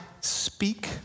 speak